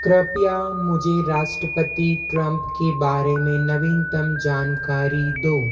कृपया मुझे राष्ट्रपति ट्रम्प के बारे में नवीनतम जानकारी दो